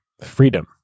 freedom